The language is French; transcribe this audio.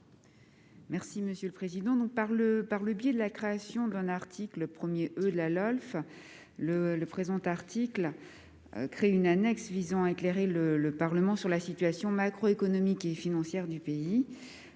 Mme Isabelle Briquet. Par le biais de la création d'un article 1 E de la LOLF, le présent article introduit une annexe visant à éclairer le Parlement sur la situation macroéconomique et financière du pays.